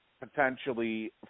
potentially